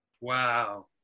Wow